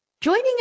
Joining